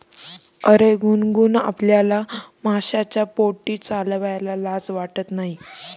अरे गुनगुन, आपल्याला माशांच्या बोटी चालवायला लाज वाटत नाही